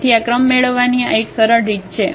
તેથી ક્રમ મેળવવાની આ એક સરળ રીત છે